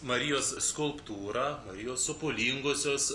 marijos skulptūrą jo sopulingosios